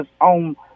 on